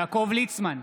יעקב ליצמן,